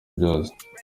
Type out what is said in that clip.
byose